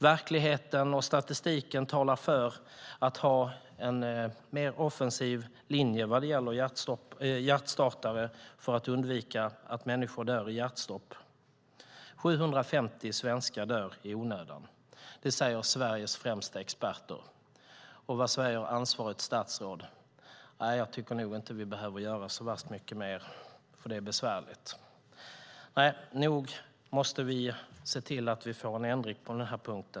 Verkligheten och statistiken talar för att man ska ha en mer offensiv linje när det gäller hjärtstartare för att undvika att människor dör i hjärtstopp. 750 svenskar dör i onödan. Det säger Sveriges främsta experter. Och vad säger ansvarigt statsråd? Han säger: Nej, jag tycker nog inte att vi behöver göra så värst mycket mer, för det är besvärligt. Nog måste vi se till att vi får en ändring på denna punkt.